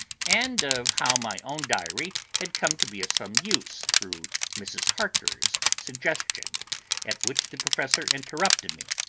and of how my own diary had come to be of some use through mrs. harker's suggestion at which the professor interrupted me